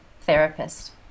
therapist